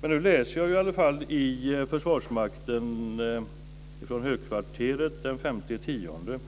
Men nu läser jag i alla fall i Försvarsmakten från högkvarteret den 5 oktober